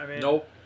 Nope